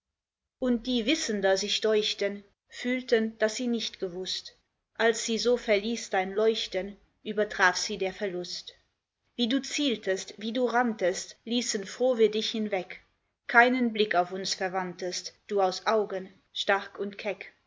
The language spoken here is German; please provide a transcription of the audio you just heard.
und die wissender sich deuchten fühlten daß sie nicht gewußt als sie so verließ dein leuchten übertraf sie der verlust wie du zieltest wie du ranntest ließen froh wir dich hinweg keinen blick auf uns verwandtest du aus augen stark und keck